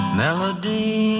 melody